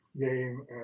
game